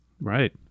Right